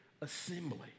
assembly